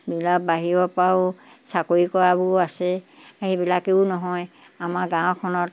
এইবিলাক বাহিৰৰ পৰাও চাকৰি কৰাবোৰ আছে সেইবিলাকেও নহয় আমাৰ গাঁওখনত